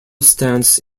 stance